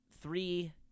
three